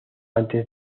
antes